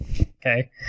okay